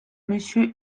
monsieur